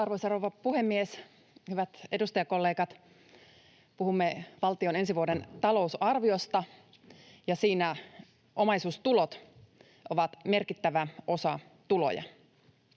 Arvoisa rouva puhemies! Hyvät edustajakollegat! Puhumme valtion ensi vuoden talousarviosta, ja siinä omaisuustulot ovat merkittävä osa tuloja.